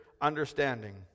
understanding